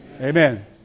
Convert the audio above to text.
Amen